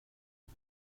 los